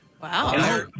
Wow